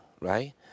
Right